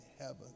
heaven